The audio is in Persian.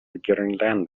گرینلند